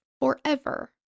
forever